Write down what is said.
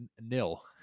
nil